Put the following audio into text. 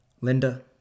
Linda